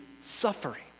suffering